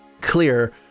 clear